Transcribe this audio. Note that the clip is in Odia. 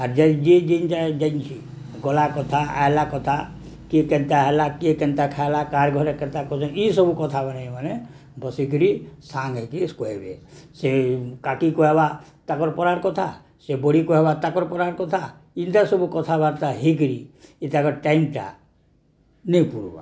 ଆର୍ ଯେ ଯିଏ ଯେ ଜାଇ ଯାଇଛି ଗଲା କଥା ଆଇଲା କଥା କିଏ କେନ୍ତା ହେଲା କିଏ କେନ୍ତା ଖାଇଲା କାହାର ଘରେ କେନ୍ତା କଲେ ଇସବୁ କଥା ମାନେ ମାନେ ବସିକିରି ସାଙ୍ଗ ହେଇକି କୁହାଇବେ ସେ କାଟିି କୁହାବା ତାଙ୍କର ପୁରୁଣା କଥା ସେ ବଡ଼ି କୁହାବା ତାକର ପୁରୁଣା କଥା ଇନ୍ତା ସବୁ କଥାବାର୍ତ୍ତା ହେଇକିରି ଏଇ ତାଙ୍କର ଟାଇମଟା ନେଇ ପୁରବା